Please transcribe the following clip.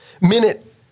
minute